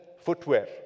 footwear